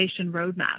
roadmap